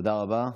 תודה רבה.